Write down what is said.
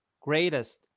greatest